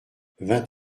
vingt